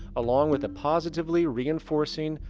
along with a positively reinforcing,